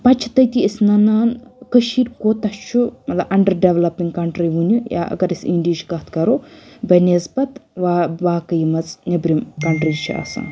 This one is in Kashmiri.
تہٕ پَتہٕ چھ تٔتِی اسہِ نَنان کٔشیٖر کوٗتاہ چھُ اَنٛڈَر ڈؠولاپِنٛگ کَنٹری وٕنہِ یا اَگر أسۍ اِنٛڈیِہٕچ کَتھ کَرو بَنِسبَت باقٕے مَژ نؠبرِم کَنٹری چھِ آسان